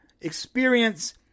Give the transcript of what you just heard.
experience